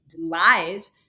lies